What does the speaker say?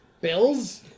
Bills